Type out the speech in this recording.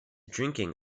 drinking